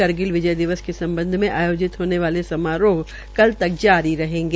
करगिल विजय दिवस के सम्बध में आयोजित होने वाले समारों कल तक जारी रहेंगे